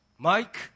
Mike